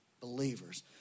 believers